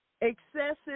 excessive